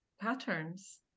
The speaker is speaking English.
patterns